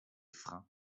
freins